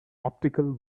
optical